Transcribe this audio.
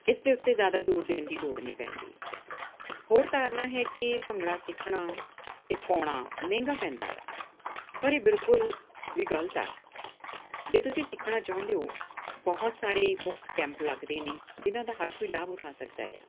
ਇਸ ਦੇ ਉੱਤੇ ਜ਼ਿਆਦਾ ਜ਼ੋਰ ਦੇਣ ਦੀ ਲੋੜ ਨਹੀਂ ਪੈਂਦੀ ਹੋਰ ਧਾਰਨਾ ਹੈ ਕਿ ਭੰਗੜਾ ਸਿੱਖਣਾ ਅਤੇ ਪਾਉਣਾ ਮਹਿੰਗਾ ਪੈਂਦਾ ਆ ਪਰ ਇਹ ਬਿਲਕੁਲ ਵੀ ਗਲਤ ਆ ਜੇ ਤੁਸੀਂ ਸਿੱਖਣਾ ਚਾਹੁੰਦੇ ਹੋ ਬਹੁਤ ਸਾਰੇ ਮੁਫ਼ਤ ਕੈਂਪ ਲੱਗਦੇ ਨੇ ਜਿਨ੍ਹਾਂ ਦਾ ਹਰ ਕੋਈ ਲਾਭ ਉਠਾ ਸਕਦਾ ਆ